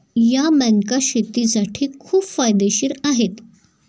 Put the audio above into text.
या बँका शेतीसाठी खूप फायदेशीर आहेत